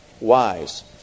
Wise